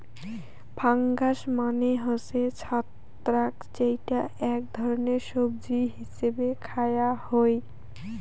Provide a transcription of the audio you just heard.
fungus মানে হসে ছত্রাক যেইটা আক ধরণের সবজি হিছেবে খায়া হই